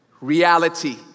reality